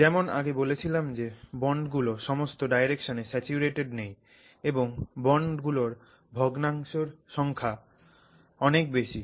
যেমন আগে বলেছিলাম যে এখন বন্ড গুলো সমস্ত ডাইরেকশনে স্যাচুরেটেড নেই এবং এই বন্ড গুলোর ভগ্নাংশ এর সংখ্যা অনেক বেশি